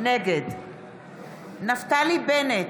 נגד נפתלי בנט,